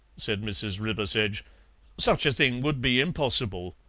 said mrs. riversedge such a thing would be impossible.